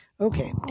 Okay